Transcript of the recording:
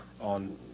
on